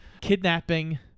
Kidnapping